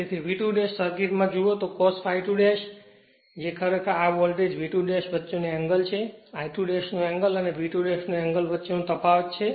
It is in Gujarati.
તેથી V2 સર્કિટ માં જુઓ તો cos ∅2 જે ખરેખર આ વોલ્ટેજ V2 વચ્ચેનો એન્ગલ છે I2 નો એન્ગલ અને V2 નો એન્ગલ વચ્ચેનો તફાવત છે